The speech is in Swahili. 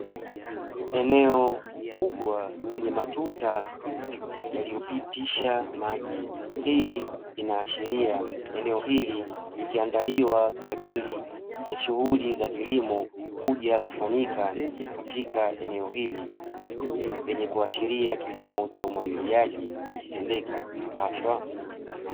Eneo kubwa lenye matuta yaliyopitisha maji hii inaashiria eneo hili likiandaliwa kwa ajili ya shughuli za kilimo kuja kufanyika katika eneo hili lenye kuashiria kilimo cha umwagiliaji likitendeka haswa.